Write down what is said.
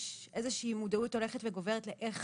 יש איזו שהיא מודעות הולכת וגוברת לאיך